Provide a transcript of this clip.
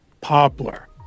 Poplar